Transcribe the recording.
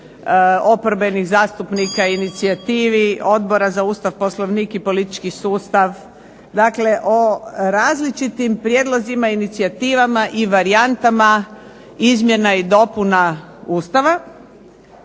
oporbenih zastupnika, inicijativi Odbora za Ustav, Poslovnik i politički sustav. Dakle, o različitim prijedlozima, inicijativama i varijantama izmjena i dopuna Ustava